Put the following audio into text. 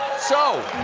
so,